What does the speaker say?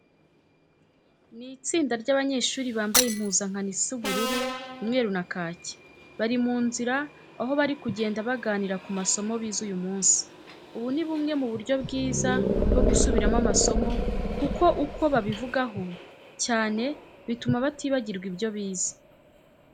Ni itsinda ry'abanyeshuri bambaye impuzankano isa ubururu, umweru na kake, bari mu nzira aho bari kugenda baganira ku masomo bize uyu munsi. Ubu ni bumwe mu buryo bwiza bwo gusubiramo amasomo kuko uko babivugaho cyane bituma batibagirwa ibyo bize.